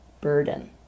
burden